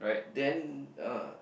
then uh